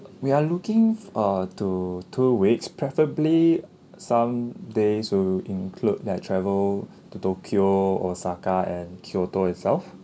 we are looking uh to two weeks preferably some days to include that travel to tokyo osaka and kyoto itself